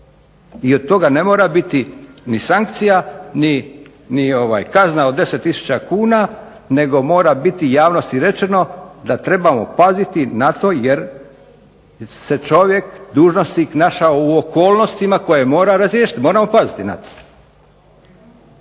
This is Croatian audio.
I od toga ne mora biti ni sankcija ni kazna od 10 tisuća kuna nego mora biti javnosti rečeno da trebamo paziti na to jer se čovjek, dužnosnik našao u okolnostima koje mora razriješiti. Moramo paziti na to.